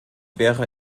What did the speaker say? wäre